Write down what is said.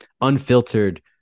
unfiltered